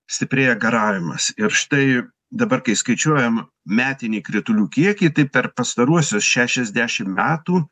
stiprėja garavimas ir štai dabar kai skaičiuojam metinį kritulių kiekį tai per pastaruosius šešiasdešim metų